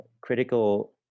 critical